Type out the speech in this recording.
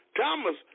Thomas